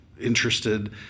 interested